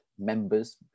members